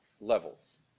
levels